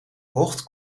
kocht